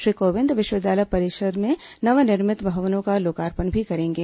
श्री कोविंद विश्वविद्यालय परिसर में नवनिर्मित भवनों का लोकार्पण भी करेंगे